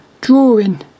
drawing